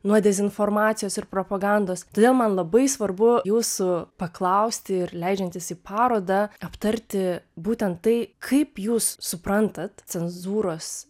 nuo dezinformacijos ir propagandos todėl man labai svarbu jūsų paklausti ir leidžiantis į parodą aptarti būtent tai kaip jūs suprantat cenzūros